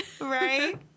Right